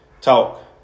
talk